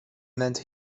meant